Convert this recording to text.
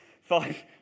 five